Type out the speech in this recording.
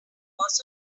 was